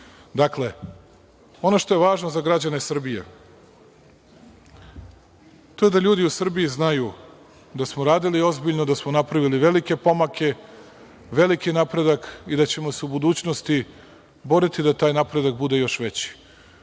bilo. Dakle, ono što je važno za građane Srbije, to je da ljudi u Srbiji znaju da smo radili ozbiljno, da smo napravili velike pomake, veliki napredak i da ćemo se u budućnosti boriti da taj napredak bude još veći.